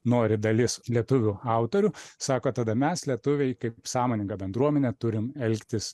nori dalis lietuvių autorių sako tada mes lietuviai kaip sąmoninga bendruomenė turime elgtis